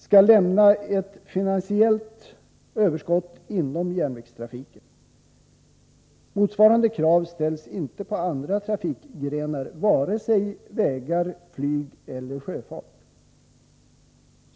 — skall lämna ett finansiellt överskott inom järnvägstrafiken. Motsvarande krav ställs inte på andra trafikgrenar, varken på vägar, flyg eller sjöfart.